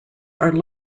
are